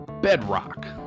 bedrock